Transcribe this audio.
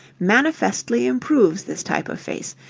manifestly improves this type of face,